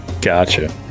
Gotcha